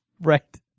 Right